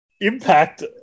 impact